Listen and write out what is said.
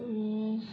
ओम